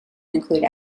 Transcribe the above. include